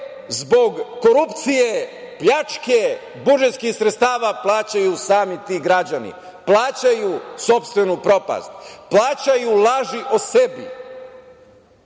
zbog korupcije, pljačke budžetskih sredstava plaćaju sami ti građani, plaćaju sopstvenu propast, plaćaju laži i sebi,